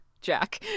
Jack